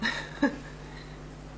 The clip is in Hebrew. לעברית רב-מגדרית יש שתי מטרות